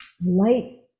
Light